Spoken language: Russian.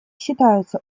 считаются